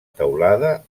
teulada